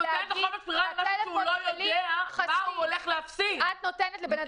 את נותנת לו חופש בחירה על משהו שהוא לא יודע מה הוא הולך להפסיד.